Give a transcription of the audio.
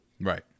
Right